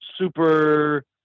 super